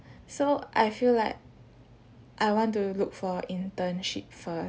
so I feel like I want to look for internship first